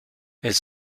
elles